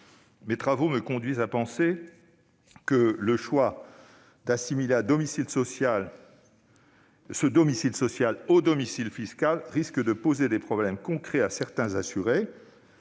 Mes travaux me conduisent à penser que le choix d'assimiler ce domicile social au domicile fiscal risque de poser des problèmes concrets à certains assurés.